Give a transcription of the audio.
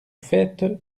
faîte